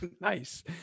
Nice